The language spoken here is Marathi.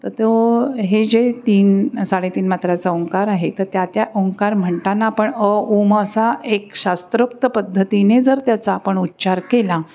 तर तो हे जे तीन साडेतीन मात्राचा ओंकार आहे तर त्या त्या ओंकार म्हणताना पण अ ओम् असा एक शास्त्रोक्त पद्धतीने जर त्याचा आपण उच्चार केला